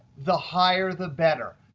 the higher, the better.